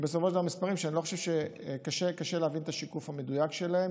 מספרים שקשה להבין את השיקוף המדויק שלהם,